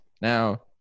Now